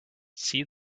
see